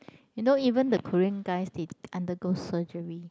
you know even the Korean guys they undergo surgery